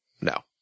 no